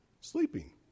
sleeping